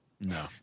no